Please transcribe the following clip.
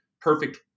perfect